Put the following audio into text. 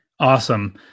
Awesome